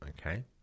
okay